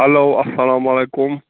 hello اسلامُ علیکُم